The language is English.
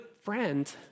friend